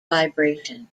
vibration